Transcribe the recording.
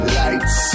lights